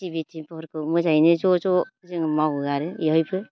खिथि बाथिफोरखौ मोजाङैनो ज' ज' जोङो मावो आरो इवहायबो